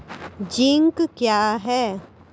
Zinc क्या हैं?